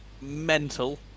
mental